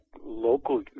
local